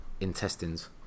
intestines